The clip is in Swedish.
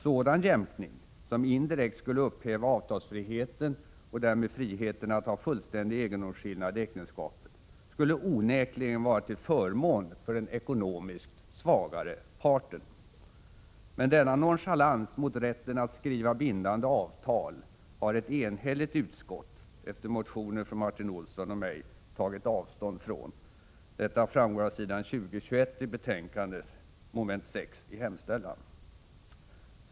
Sådan jämkning — som indirekt skulle upphäva avtalsfriheten och därmed friheten att ha fullständig egendomsskillnad i äktenskapet — skulle onekligen vara till förmån för den ekonomiskt svagare parten. Men denna nonchalans mot rätten att skriva bindande avtal har ett enhälligt utskott — efter motioner från Martin Olsson och mig — tagit avstånd från. Detta framgår av s. 20-21 i betänkandet .